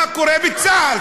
מה קורה בצה"ל?